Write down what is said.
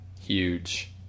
huge